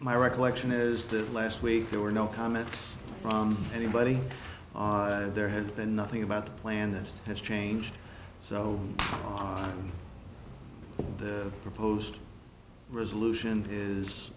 my recollection is that last week there were no comments from anybody there had been nothing about the plan that has changed so on the proposed resolution is